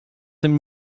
tym